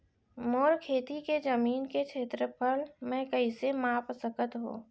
मोर खेती के जमीन के क्षेत्रफल मैं कइसे माप सकत हो?